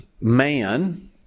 man